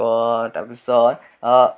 তাৰপিছত